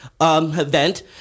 event